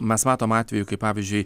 mes matom atvejų kai pavyzdžiui